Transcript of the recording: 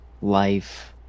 life